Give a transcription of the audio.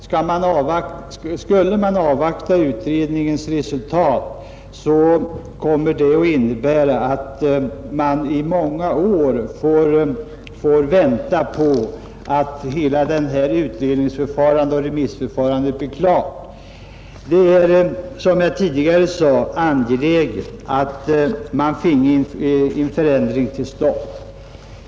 Skulle man avvakta utredningens resultat, skulle det innebära att man i många år får vänta på att hela utredningsoch remissförfarandet blir klart. Som jag tidigare sade är det angeläget att man får en ändring till stånd.